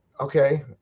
okay